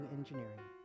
Engineering